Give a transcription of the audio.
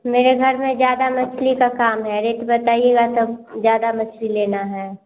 मेरे घर में ज़्यादा मछली का काम है रेट बताइएगा तब ज़्यादा मछली लेना है